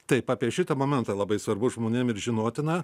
taip apie šitą momentą labai svarbus žmonėms ir žinotina